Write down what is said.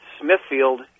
Smithfield